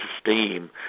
steam